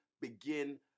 begin